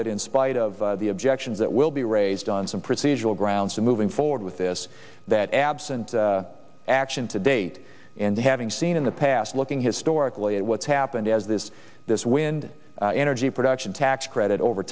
that in spite of the objections that will be raised on some procedural grounds so moving forward with this that absent action to date and having seen in the past looking historically at what's happened as this this wind energy production tax credit over